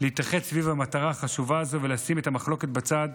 להתאחד סביב המטרה החשובה הזו ולשים את המחלוקת בצד,